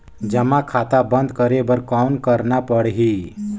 जमा खाता बंद करे बर कौन करना पड़ही?